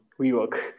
WeWork